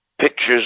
pictures